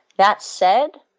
that said,